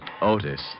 Otis